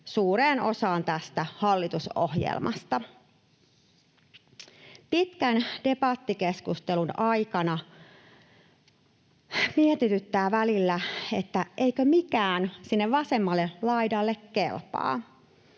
suureen osaan tästä hallitusohjelmasta. Pitkän debattikeskustelun aikana mietityttää välillä, eikö mikään sinne vasemmalle laidalle kelpaa,